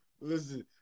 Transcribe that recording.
listen